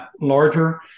larger